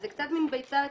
זה קצת מין ביצה ותרנגולת.